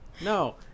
No